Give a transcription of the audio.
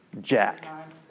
Jack